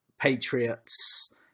Patriots